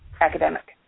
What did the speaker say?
academic